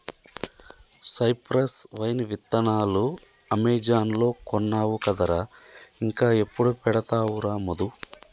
cypress vine విత్తనాలు Amazon లో కొన్నావు కదరా ఇంకా ఎప్పుడు పెడతావురా మధు